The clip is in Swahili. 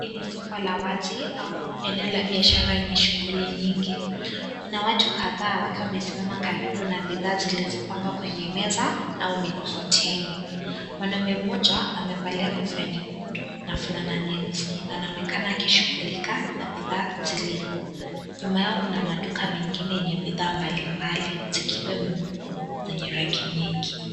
Hii ni soko la wazi au eneo la biashara yenye shughuli nyingi. Kuna watu kadhaa wakiwa wamesimama karibu na bidhaa zilizopangwa kwenye meza au mikokoteni. Mwanaume mmoja amevalia kofia nyekundu na vulana nyeusi na anaonekana akishughulika na bidhaa zilipo. Nyuma yao kuna maduka mengine yenye bidhaa mbalimbali, zikiwemo nguo zenye rangi nyingi.